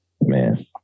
man